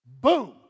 Boom